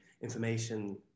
information